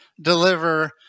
deliver